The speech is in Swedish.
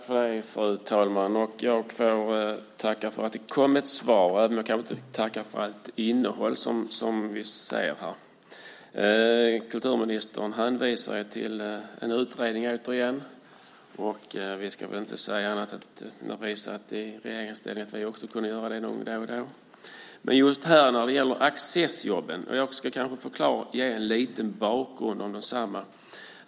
Fru talman! Jag får tacka för att det kom ett svar, även om jag inte tackar för hela innehållet. Kulturministern hänvisar återigen till en utredning. Vi ska väl inte säga annat än att vi under vår regeringstid också kunde göra det någon gång då och då. Här gäller det Accessjobben. Jag ska ge en liten bakgrund om dem.